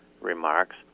remarks